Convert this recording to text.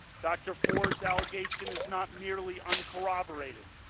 dr. ford's allegation is not nearly uncorroborated.